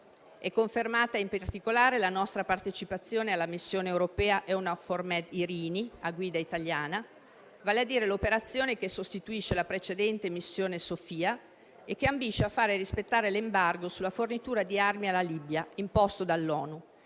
È confermata in particolare la nostra partecipazione alla missione europea Eunavfor Med Irini, a guida italiana, vale a dire l'operazione che sostituisce la precedente missione Sophia e che ambisce a fare rispettare l'embargo sulla fornitura di armi alla Libia imposto dall'ONU,